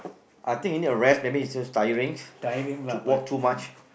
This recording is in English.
I think you need a rest maybe instead of tiring walk too much